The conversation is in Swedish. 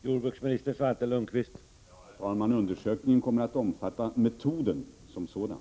Herr talman! Undersökningen kommer att omfatta metoden som sådan.